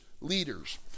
leaders